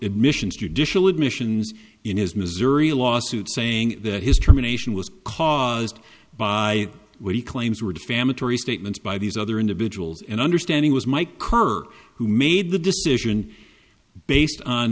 admissions judicial admissions in his missouri lawsuit saying that his termination was caused by what he claims were defamatory statements by these other individuals and understanding was my kirk who made the decision based on